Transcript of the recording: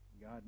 God